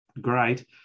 great